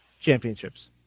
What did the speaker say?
Championships